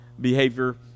behavior